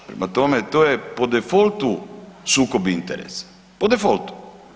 Prema tome, to je po defaultu sukob interesa, po defaultu.